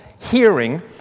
hearing